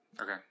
Okay